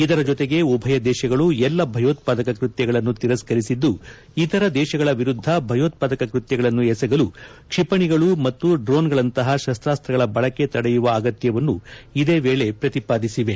ಇದರ ಜತೆಗೆ ಉಭಯ ದೇಶಗಳು ಎಲ್ಲ ಭಯೋತ್ವಾದಕ ಕೃತ್ಯಗಳನ್ನು ತಿರಸ್ಕರಿಸಿದ್ದು ಇತರ ದೇಶಗಳ ವಿರುದ್ದ ಭಯೋತ್ಪಾದಕ ಕೃತ್ಯಗಳನ್ನು ಎಸಗಲು ಕ್ಷಿಪಣಿಗಳು ಮತ್ತು ಡ್ರೋನ್ಗಳಂತಹ ಶಸ್ತಾಸ್ತ್ರಗಳ ಬಳಕೆ ತಡೆಯುವ ಅಗತ್ಯವನ್ನು ಇದೇ ವೇಳೆ ಪ್ರತಿಪಾದಿಸಿವೆ